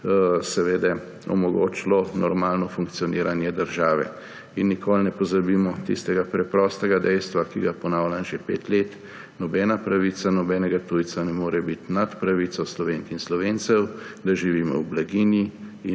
strani omogočilo normalno funkcioniranje države. Nikoli ne pozabimo tistega preprostega dejstva, ki ga ponavljam že pet let: nobena pravica nobenega tujca na more biti nad pravico Slovenk in Slovencev, da živimo v blaginji